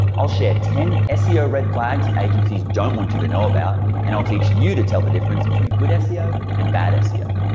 i'll share ten seo red-flags agencies don't want you to know about, and i'll teach you to tell the difference between good seo and bad seo.